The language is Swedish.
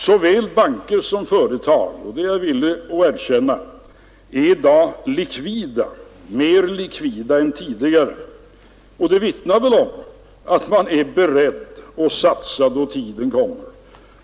Såväl banker som företag — det är jag villig att erkänna — är i dag likvida, mer likvida än tidigare. Det vittnar väl om att man är beredd att satsa då den tiden kommer.